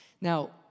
Now